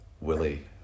Willie